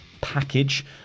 package